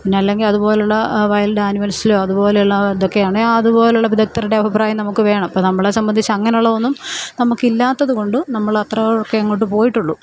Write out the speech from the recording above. പിന്നെ അല്ലെങ്കിൽ അതുപോലുള്ള വൈൽഡ് ആനിമൽസിലോ അതുപോലെ ഉള്ള ഇതൊക്കെയാണെൽ അതുപോലുള്ള വിദഗ്ദ്ധരുടെ അഭിപ്രായം നമുക്ക് വേണം അപ്പോൾ നമ്മളെ സംബന്ധിച്ച് അങ്ങനെ അതൊന്നും നമുക്ക് ഇല്ലാത്തത് കൊണ്ടും നമ്മളത്രയൊക്കെ അങ്ങോട്ട് പോയിട്ടുള്ളൂ